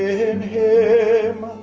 in him,